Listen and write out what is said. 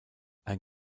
ein